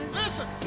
listen